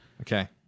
Okay